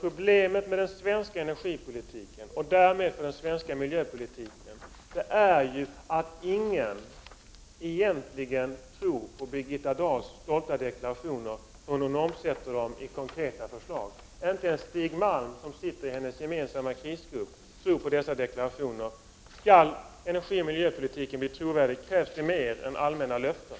Problemet med den svenska energipolitiken, och därmed med den svenska miljöpolitiken, är ju att ingen egentligen tror på Birgitta Dahls stolta deklarationer förrän hon omsätter dem i konkreta förslag. Inte ens Stig Malm, som sitter i Birgitta Dahls krisgrupp, tror på dessa deklarationer. Skall energioch miljöpolitiken bli trovärdig, krävs det mer än allmänna löften.